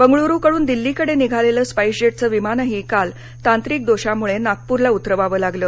बंगळ्रूहून दिल्ली कडे निघालेलं स्पाईसजेटचं विमानही काल तांत्रिक दोषामुळे नागपुरला उतरवावं लागलं